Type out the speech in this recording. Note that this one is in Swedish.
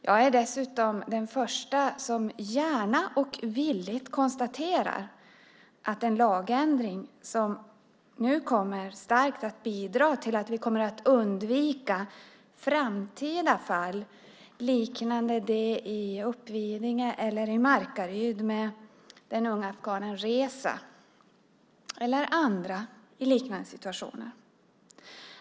Jag är dessutom den första att gärna och villigt konstatera att den lagändring som nu kommer är stärkt och bidrar till att vi kommer att undvika framtida fall liknande det i Uppvidinge eller fallet med den unge afghanen Reza i Markaryd, eller andra i liknande situationer.